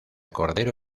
cordero